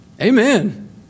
Amen